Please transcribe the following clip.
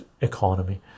economy